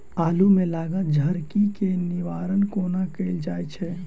आलु मे लागल झरकी केँ निवारण कोना कैल जाय छै?